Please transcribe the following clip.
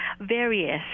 various